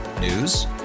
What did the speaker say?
News